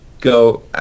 go